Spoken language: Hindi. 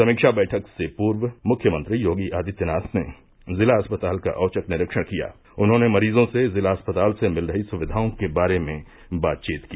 समीक्षा बैठक से पूर्व मुख्यमंत्री योगी आदित्यनाथ ने जिला अस्पताल का औचक निरीक्षण किया उन्होंने मरीजों से जिला अस्पताल से मिल रही सुविधाओं के बारे में बातचीत की